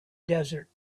desert